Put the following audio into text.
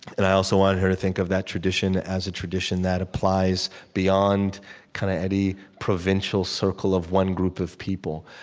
and, i also want her to think of that tradition as a tradition that applies beyond kind of any provincial circle of one group of people.